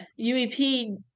UEP